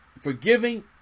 forgiving